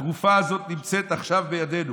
התרופה הזו נמצאת עכשיו בידינו.